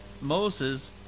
Moses